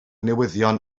newyddion